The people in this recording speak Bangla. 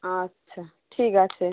আচ্ছা ঠিক আছে